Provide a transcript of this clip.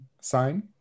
sign